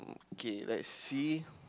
okay let us see